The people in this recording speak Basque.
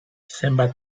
zenbait